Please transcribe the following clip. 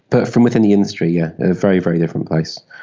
but from within the industry, yes, a very, very different place,